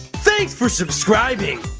thanks for subscribing!